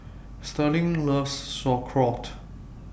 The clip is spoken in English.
Sterling loves Sauerkraut